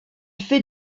fait